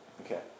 Okay